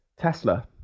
Tesla